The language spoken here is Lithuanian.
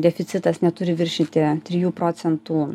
deficitas neturi viršyti trijų procentų